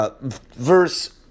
verse